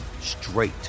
straight